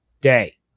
day